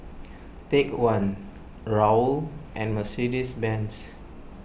Take one Raoul and Mercedes Benz